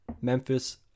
Memphis